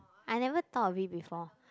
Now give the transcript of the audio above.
I never taught of it before